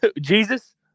Jesus